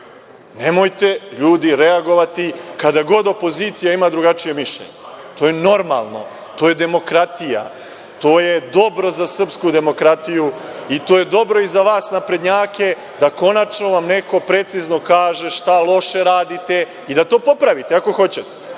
Nemojte, ljudi, reagovati kada god opozicija ima drugačije mišljenje. To je normalno. To je demokratija. To je dobro za srpsku demokratiju i to je dobro za vas naprednjake da konačno vam neko precizno kaže šta loše radite i da to popravite, ako hoćete.